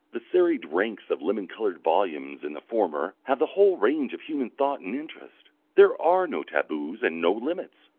the serried ranks of lemon-coloured volumes in the former have the whole range of human thought and interest there are no taboos and no limits,